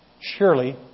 Surely